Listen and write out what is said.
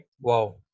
Wow